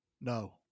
no